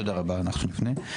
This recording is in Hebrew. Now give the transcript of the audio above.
אוקיי, תודה רבה אנחנו נפנה.